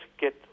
get